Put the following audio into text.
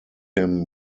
him